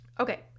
Okay